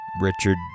Richard